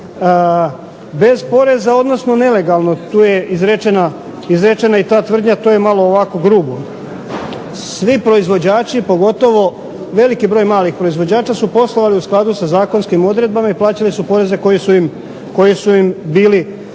bez poreza, odnosno nelegalno. Tu je izrečena i ta tvrdnja. To je malo ovako grubo. Svi proizvođači, pogotovo veliki broj malih proizvođača su poslovali u skladu sa zakonskim odredbama i plaćali su poreze koji su im bili